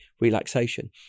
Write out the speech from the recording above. relaxation